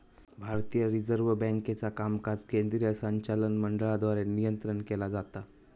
भारतीय रिझर्व्ह बँकेचा कामकाज केंद्रीय संचालक मंडळाद्वारे नियंत्रित केला जाता